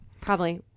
Probably-